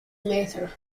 later